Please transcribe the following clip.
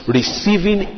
Receiving